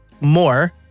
more